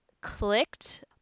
clicked